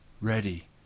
ready